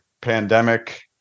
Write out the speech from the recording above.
pandemic